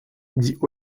dit